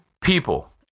people